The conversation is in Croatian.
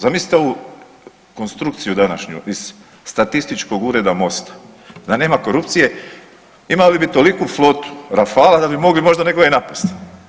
Zamislite ovu konstrukciju današnju iz statističkog ureda Mosta da nema korupcije imali bi toliku flotu rafala da bi mogli možda nekoga i napasti.